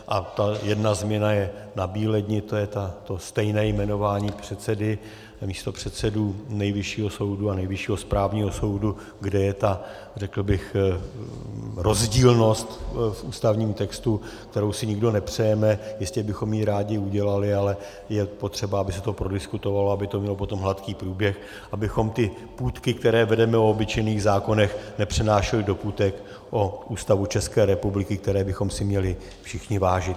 A ta jedna změna je nabíledni, to je to stejné jmenování předsedy a místopředsedů Nejvyššího soudu a Nejvyššího správního soudu, kde je ta, řekl bych, rozdílnost v ústavním textu, kterou si nikdo nepřejeme, jistě bychom ji rádi udělali, ale je potřeba, aby se to prodiskutovalo, aby to mělo potom hladký průběh, abychom ty půtky, které vedeme o obyčejných zákonech, nepřenášeli do půtek o Ústavu České republiky, které bychom si měli všichni vážit.